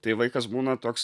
tai vaikas būna toks